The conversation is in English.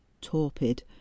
torpid